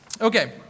Okay